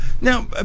Now